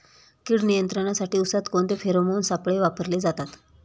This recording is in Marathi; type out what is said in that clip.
कीड नियंत्रणासाठी उसात कोणते फेरोमोन सापळे वापरले जातात?